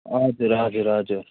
हजुर हजुर हजुर